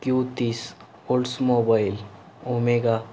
त्यूतीस Oldsmobile omega